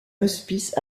hospice